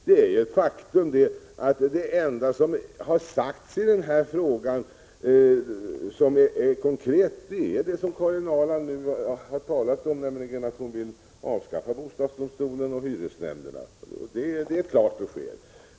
Det är ett faktum att det enda konkreta som sagts i den här frågan är det som Karin Ahrland nu talade om, att hon vill avskaffa bostadsdomstolen och hyresnämnderna. Det är ett klart besked.